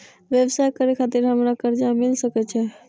व्यवसाय करे खातिर हमरा कर्जा मिल सके छे?